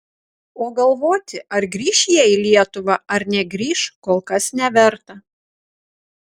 o galvoti ar grįš jie į lietuvą ar negrįš kol kas neverta